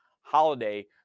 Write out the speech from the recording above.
holiday